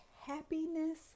Happiness